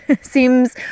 seems